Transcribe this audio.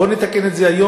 בוא נתקן את זה היום.